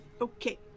Okay